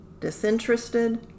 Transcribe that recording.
disinterested